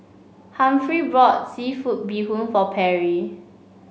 Humphrey bought seafood Bee Hoon for Perry